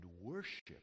worship